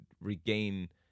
regain